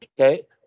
Okay